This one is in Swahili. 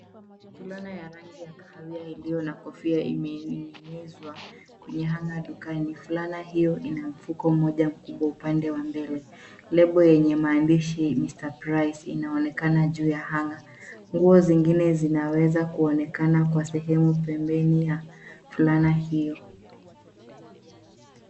Fulana ya rangi ya kahawia iliyo na kofia imeninginizwa kwenye hanger dukani fulana hiyo ina mfuko mmoja kubwa upande wa mbele. Lebo yenye maandishi Mr Price inaonekana juu ya hanger . Nguo zingine zinaweza kuonekana kwa sehemu pembeni ya fulana hiyo.